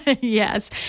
Yes